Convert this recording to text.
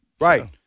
Right